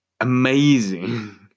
amazing